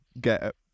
get